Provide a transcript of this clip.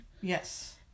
Yes